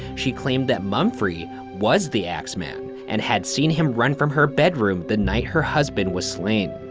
she claimed that mumfre yeah was the axeman, and had seen him run from her bedroom the night her husband was slain.